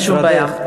כן, אין שום בעיה.